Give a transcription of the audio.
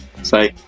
Say